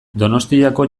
donostiako